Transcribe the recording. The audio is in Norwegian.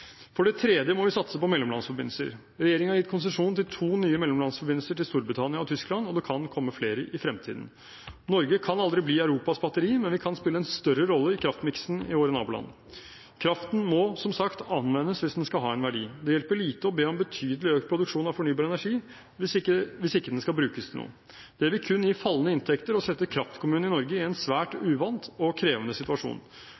For det tredje må vi satse på mellomlandsforbindelser. Regjeringen har gitt konsesjon til to nye mellomlandsforbindelser, til Storbritannia og Tyskland, og det kan komme flere i fremtiden. Norge kan aldri bli Europas batteri, men vi kan spille en større rolle i kraftmiksen i våre naboland. Kraften må som sagt anvendes hvis den skal ha en verdi. Det hjelper lite å be om betydelig økt produksjon av fornybar energi hvis ikke den skal brukes til noe. Det vil kun gi fallende inntekter og sette kraftkommunene i Norge i en svært uvant og krevende situasjon.